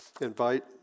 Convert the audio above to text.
invite